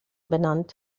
benannt